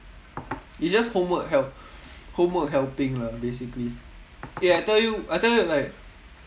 it's just homework help homework helping lah basically eh I tell you I tell you like